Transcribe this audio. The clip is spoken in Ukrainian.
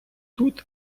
тут